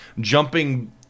jumping